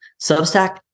Substack